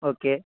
okay